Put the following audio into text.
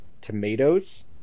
Tomatoes